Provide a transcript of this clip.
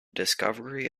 discovery